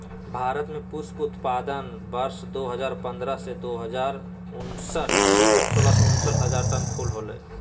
भारत में पुष्प उत्पादन वर्ष दो हजार पंद्रह में, सोलह सौ उनसठ हजार टन फूल होलय